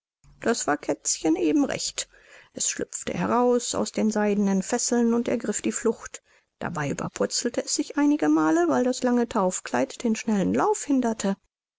das war kätzchen eben recht es schlüpfte heraus aus den seidenen fesseln und ergriff die flucht dabei überpurzelte es sich einige mal weil das lange taufkleid den schnellen lauf hinderte